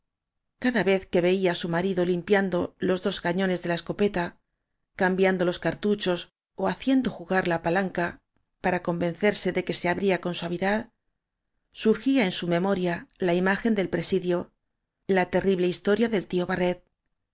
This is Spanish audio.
cada vez que veía á su marido limpiando los dos cañones de la escopeta cam biando los cartuchos ó haciendo jugarla palan ca para convencerse de que se abría con sua vidad surgía en su memoria la imagen del presidio la terrible historia del tío barret